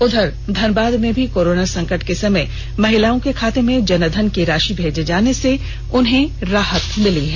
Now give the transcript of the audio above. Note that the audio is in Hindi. उधर धनबाद में भी कोरोना संकट के समय महिलाओं के खाते में जनधन की राषि भेजे जाने से उन्हें राहत मिली है